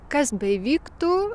kas beįvyktų